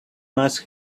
must